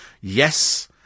yes